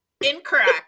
Incorrect